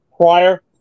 prior